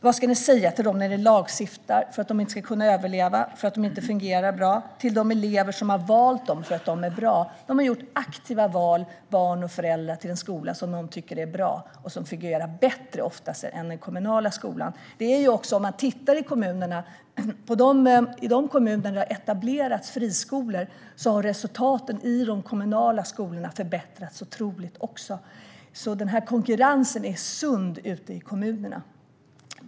Vad ska ni säga till dem när ni lagstiftar för att den inte ska kunna överleva och för att den inte ska fungera bra? Vad ska ni säga till de elever som har valt dessa skolor för att de är bra? Barn och föräldrar har gjort aktiva val och sökt sig till en skola som de tycker är bra och som oftast fungerar bättre än den kommunala skolan. I de kommuner där friskolor har etablerats har resultaten i de kommunala skolorna också förbättrats otroligt mycket, så denna konkurrens i kommunerna är sund.